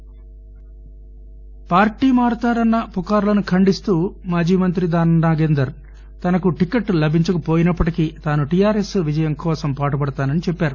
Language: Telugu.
దానం పార్టీ మారుతారన్న పుకార్లను ఖండిస్తూ మాజీ మంత్రి దానం నాగేందర్ తనకు టిక్కెట్ లభించక పోయినప్పటికీ తాను టిఆర్ఎస్ విజయం కోసం పాటుపడతానని చెప్పారు